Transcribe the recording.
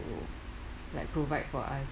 like provide for us